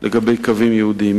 לגבי קווים ייעודיים.